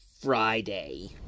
Friday